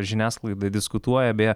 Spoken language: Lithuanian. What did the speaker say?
žiniasklaida diskutuoja beje